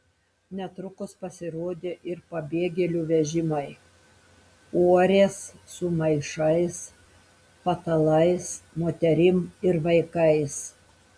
netrukus pasirodė ir pabėgėlių vežimai uorės su maišais patalais moterim ir vaikais